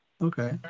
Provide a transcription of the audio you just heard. Okay